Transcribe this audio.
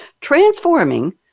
transforming